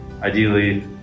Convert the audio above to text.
ideally